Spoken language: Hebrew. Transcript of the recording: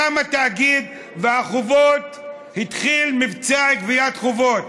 קם התאגיד, והתחיל מבצע לגביית חובות.